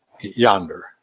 yonder